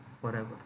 forever